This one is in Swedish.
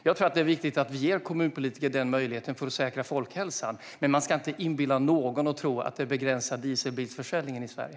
Jag tror att det är viktigt att vi ger kommunpolitiker den möjligheten för att säkra folkhälsan, men man ska inte inbilla någon att det begränsar dieselbilsförsäljningen i Sverige.